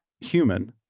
human